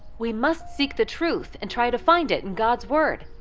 we must seek the truth and try to find it in god's word,